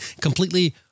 Completely